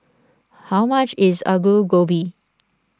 how much is Aloo Gobi